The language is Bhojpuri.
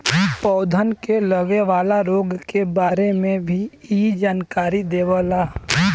पौधन के लगे वाला रोग के बारे में भी इ जानकारी देवला